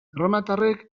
erromatarrek